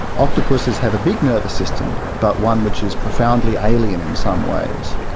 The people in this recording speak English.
octopuses have a big nervous system but one which is profoundly alien in some ways.